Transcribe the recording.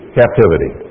captivity